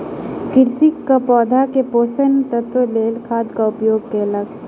कृषक पौधा के पोषक तत्वक लेल खादक उपयोग कयलक